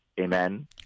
Amen